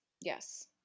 Yes